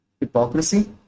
Hypocrisy